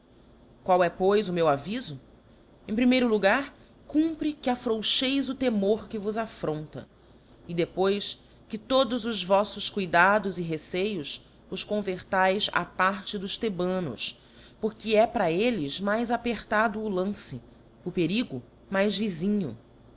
qual é pois o meu avifo em primeiro logar cumpre que affrouxeis o temor que vos affronta e depois que todos os voífos cuidados e receios os convertaes á parte dos thebanos porque é para elles mais apertado o lance o perigo mais vifmho